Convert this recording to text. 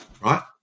right